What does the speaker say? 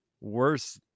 worse